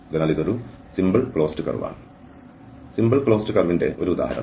അതിനാൽ ഇത് ഒരു സിമ്പിൾ ക്ലോസ്ഡ് കർവ് ആണ് സിമ്പിൾ ക്ലോസ്ഡ് കർവ്ന്റെ ഒരു ഉദാഹരണം